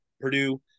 Purdue